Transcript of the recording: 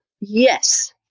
yes